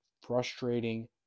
frustrating